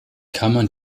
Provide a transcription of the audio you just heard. kammern